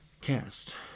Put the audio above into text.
Cast